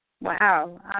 wow